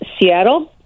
Seattle